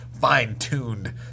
fine-tuned